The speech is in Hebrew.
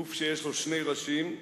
גוף שיש לו שני ראשים,